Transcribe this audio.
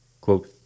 Quote